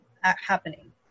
happening